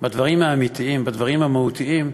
בדברים האמיתיים, בדברים המהותיים,